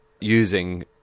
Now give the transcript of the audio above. using